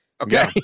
Okay